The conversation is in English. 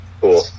cool